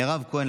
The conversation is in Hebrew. מירב כהן,